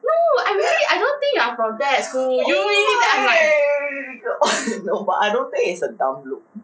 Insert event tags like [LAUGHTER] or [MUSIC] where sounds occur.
[LAUGHS] why [NOISE] but I don't think it's a dumb look